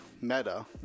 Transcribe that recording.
meta